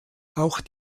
auch